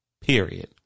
Period